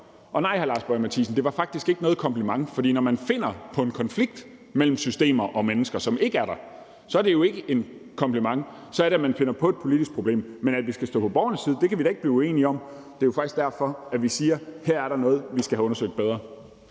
Og nej, hr. Lars Boje Mathiesen, det var faktisk ikke noget kompliment. For når man finder på en konflikt mellem systemer og mennesker, som ikke er der, er det jo ikke et kompliment; så er det, at man finder på et politisk problem. Men at vi skal stå på borgernes side, kan vi da ikke blive uenige om. Det er jo faktisk derfor, at vi siger, at her er der noget, vi skal have undersøgt bedre.